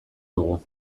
dugu